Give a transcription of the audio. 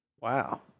Wow